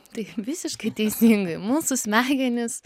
tai visiškai teisingai mūsų smegenys